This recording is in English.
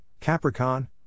Capricorn